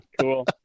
Cool